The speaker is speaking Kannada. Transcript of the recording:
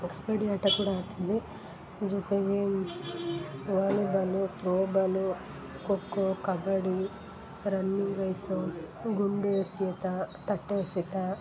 ಕಬಡಿ ಆಟ ಕೂಡ ಆಡ್ತಿದ್ದೆ ಜೊತೆಗೆ volleyball throwball kho kho kabaddi running race ಗುಂಡು ಎಸೆತ ತಟ್ಟೆ ಎಸೆತ